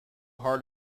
heart